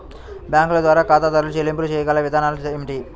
బ్యాంకుల ద్వారా ఖాతాదారు చెల్లింపులు చేయగల విధానాలు ఏమిటి?